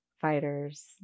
fighters